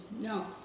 No